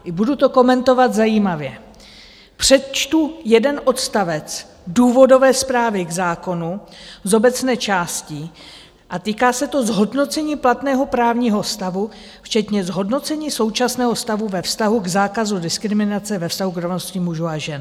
A budu to komentovat zajímavě, přečtu jeden odstavec důvodové zprávy k zákonu z obecné části a týká se to zhodnocení platného právního stavu včetně zhodnocení současného stavu ve vztahu k zákazu diskriminace ve vztahu k rovnosti mužů a žen.